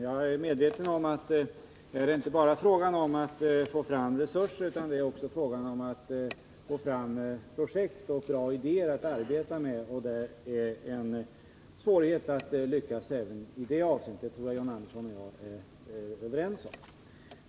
jag menar då mot västra Det är inte bara fråga om att få fram resurser, utan det är också fråga om att få fram projekt och bra idéer att arbeta med. Att det finns svårigheter även när det gäller att lyckas i det arbetet tror jag att John Andersson och jag är överens om.